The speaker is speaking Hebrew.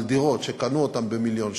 על דירות שקנו אותן במיליון שקל,